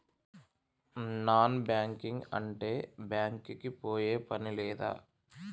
Non banking అంటే bank కి పోయే పని లేదా?